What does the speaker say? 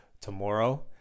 tomorrow